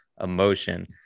emotion